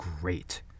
great